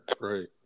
right